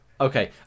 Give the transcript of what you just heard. Okay